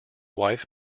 wife